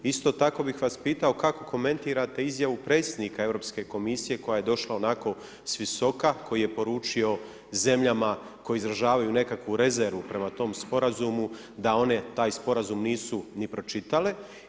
Isto tako bih vas pitao kako komentirate izjavu predsjednika Europske komisije koja je došla onako s visoka, koji je poručio zemljama koje izražavaju nekakvu rezervu prema tom Sporazumu, da one taj Sporazum nisu ni pročitale?